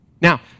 Now